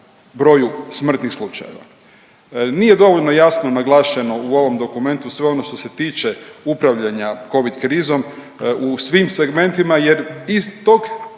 broju smrtnih slučajeva. Nije dovoljno javno naglašeno u ovom dokumentu sve ono što se tiče upravljanja Covid krizom, u svim segmentima jer iz tog